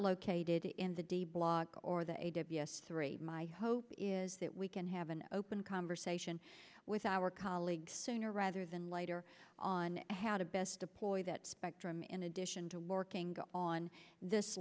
located in the d block or the ada b s three my hope is that we can have an open conversation with our colleagues sooner rather than later on how to best deploy that spectrum in addition to working on this